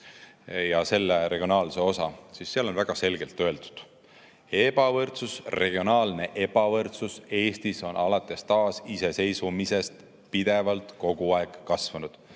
ja selle regionaalse osa, siis seal on väga selgelt öeldud: regionaalne ebavõrdsus Eestis on alates taasiseseisvumisest pidevalt kogu aeg kasvanud.